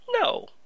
No